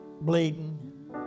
Bleeding